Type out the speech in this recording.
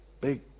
Big